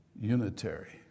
unitary